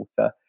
author